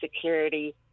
Security